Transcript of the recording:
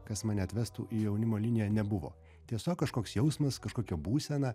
kas mane atvestų į jaunimo liniją nebuvo tiesiog kažkoks jausmas kažkokia būsena